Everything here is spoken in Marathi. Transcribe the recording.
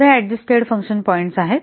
तर हे अडजस्टेड फंक्शन पॉईंट्स आहेत